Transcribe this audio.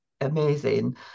amazing